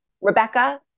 Rebecca